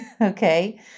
Okay